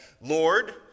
Lord